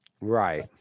Right